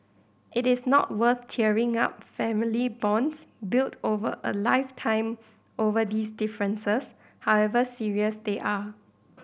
it is not worth tearing up family bonds built over a lifetime over these differences however serious they are